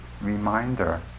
reminder